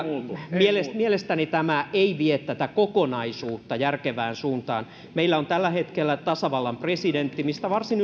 mielestäni mielestäni tämä ei kyllä vie tätä kokonaisuutta järkevään suuntaan meillä on tällä hetkellä tasavallan presidentti josta varsin